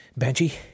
Benji